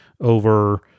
over